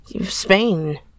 Spain